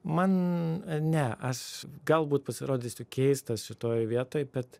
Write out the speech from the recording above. man ne aš galbūt pasirodysiu keistas šitoj vietoj bet